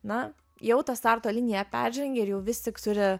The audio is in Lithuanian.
na jau tą starto liniją peržengė ir jau vis tik turi